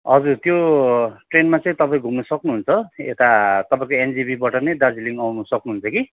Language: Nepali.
हजुर त्यो ट्रेनमा चाहिँ तपाईँ घुम्नु सक्नु हुन्छ यता तपाईँको एनजेपीबाट नै दार्जिलिङ आउनु सक्नु हुन्छ कि